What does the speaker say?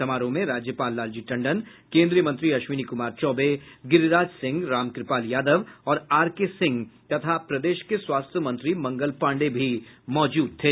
समारोह में राज्यपाल लालजी टंडन केन्द्रीय मंत्री अश्विनी कुमार चौबे गिरिराज सिंह रामकुपाल यादव और आर के सिंह तथा प्रदेश के स्वास्थ्य मंत्री मंगल पांडेय भी मौजूद थे